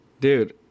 Dude